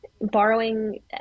borrowing